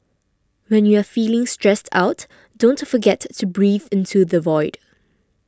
when you are feeling stressed out don't forget to breathe into the void